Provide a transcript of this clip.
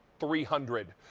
three hundred.